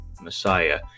Messiah